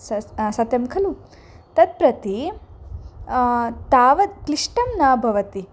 स सत्यं खलु तत् प्रति तावत् क्लिष्टं न भवति